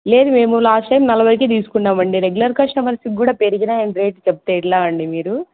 లేదు మేము last time నలభైకి తీసుకున్నాం అండి రెగ్యులర్ కస్టమర్కి కూడా పెరిగినాయి అని రేట్ చెప్తే ఎలా అండి మీరు